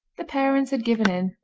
the parents had given in,